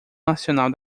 nacional